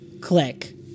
click